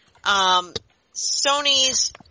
Sony's